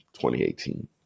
2018